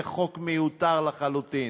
זה חוק מיותר לחלוטין.